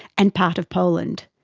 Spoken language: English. and part of poland.